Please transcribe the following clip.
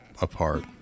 apart